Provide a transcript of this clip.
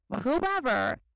whoever